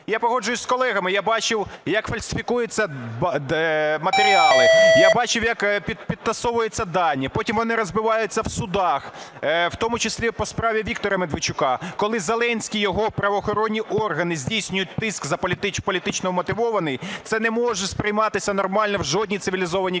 Я погоджуюся з колегами, я бачив, як фальсифікуються матеріали, я бачив, як підтасовуються дані, потім вони розбиваються в судах. В тому числі по справі Віктора Медведчука, коли Зеленський і його правоохоронні органи здійснюють тиск, політично вмотивований. Це не може сприйматися нормально в жодній цивілізованій країні.